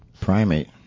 primate